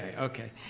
ah okay.